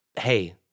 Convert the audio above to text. hey